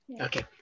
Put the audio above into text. Okay